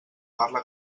parla